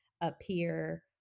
appear